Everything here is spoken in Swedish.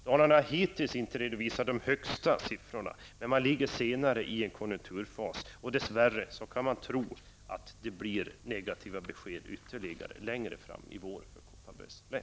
Dalarna har hittills inte redovisat de högsta siffrorna, men man ligger där senare i konjunkturfasen. Dess värre kan man frukta att det kommer ytterligare negativa besked längre fram i vår i Kopparbergs län.